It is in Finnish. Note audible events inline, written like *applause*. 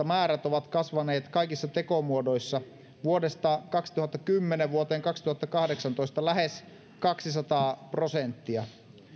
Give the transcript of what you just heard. *unintelligible* määrät ovat kasvaneet kaikissa tekomuodoissa vuodesta kaksituhattakymmenen vuoteen kaksituhattakahdeksantoista lähes kaksisataa prosenttia